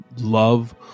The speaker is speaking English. love